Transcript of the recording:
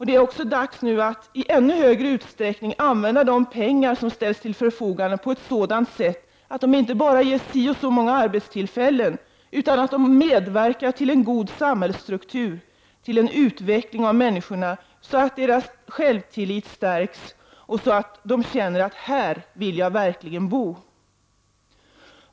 Det är också dags att nu i ännu större utsträckning använda de pengar som ställs till förfogande på ett sådant sätt att de inte bara ger si eller så många arbetstillfällen, utan att de medverkar till en god samhällsstruktur, till en utveckling av människorna så att deras självtillit stärks och de känner att: här vill jag verkligen bo.